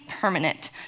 permanent